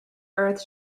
earth